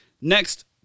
Next